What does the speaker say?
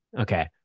Okay